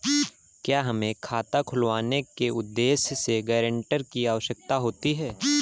क्या हमें खाता खुलवाने के उद्देश्य से गैरेंटर की आवश्यकता होती है?